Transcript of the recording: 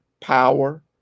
power